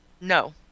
No